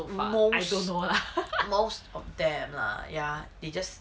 most of them lah ya they just